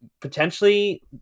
potentially